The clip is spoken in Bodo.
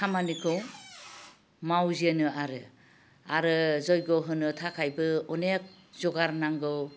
खामानिखौ मावजेनो आरो आरो जयग' होनो थाखायबो अनेक जगार नांगौ